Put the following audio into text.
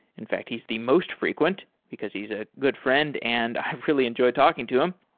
in fact, he's the most frequent, because he's a good friend and i really enjoy talking to him.